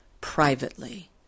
privately